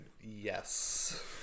yes